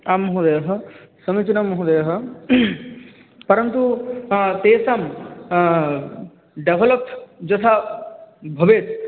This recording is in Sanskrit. आं महोदयः समीचिनं महोदयः परन्तु तेषां डेवलप् यथा भवेत्